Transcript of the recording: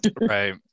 Right